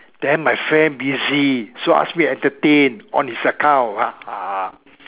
then my friend busy so ask me to entertain on his account ah